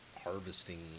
harvesting